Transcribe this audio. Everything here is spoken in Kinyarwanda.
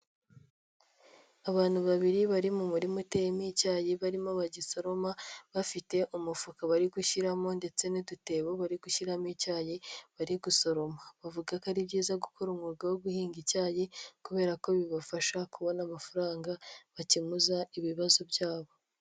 Abantu babiri bari mu uteyemo icyayi barimo bagisoroma bafite umufuka bari gushyiramo ndetse n'udutebo bari gushyiramo icyayi bari gusoroma, bavuga ko ari byiza gukora umwuga wo guhinga icyayi kubera ko bibafasha kubona amafaranga bakemuza ibibazo byabo.